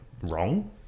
wrong